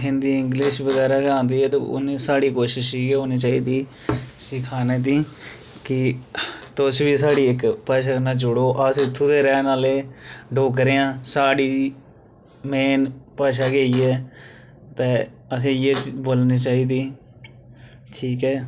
Hindi English बगैरा गै आंदी ऐ ते उ'नेंगी साढ़ी कोशिश इ'यै होनी चाहिदी सिखाने दी कि तुस बी साढ़ी इक भाशा कन्नै जोड़ो अस इत्थूं दे रौह्ने आह्ले डोगरे आं साढ़ी मेन भाशा गै इ'यै ऐ ते असें इ'यै बोलनी चाहिदी ठीक ऐ